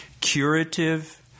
curative